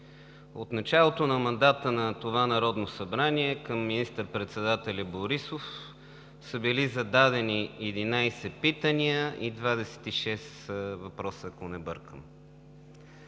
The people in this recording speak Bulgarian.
От началото на мандата на това Народно събрание към министър-председателя Борисов са били зададени 11 питания и 26 въпроса, ако не бъркам.